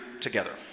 together